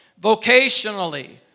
Vocationally